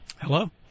Hello